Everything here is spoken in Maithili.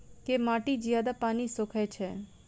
केँ माटि जियादा पानि सोखय छै?